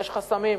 יש חסמים.